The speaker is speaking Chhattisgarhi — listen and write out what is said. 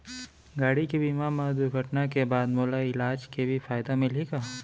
गाड़ी के बीमा मा दुर्घटना के बाद मोला इलाज के भी फायदा मिलही का?